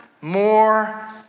more